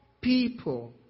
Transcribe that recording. people